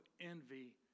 envy